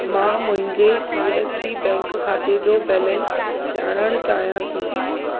मां मुंहिंजे C S B bank खाते जो बैलेंस ॼाणणु चाहियां थी